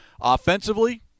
Offensively